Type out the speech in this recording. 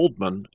Oldman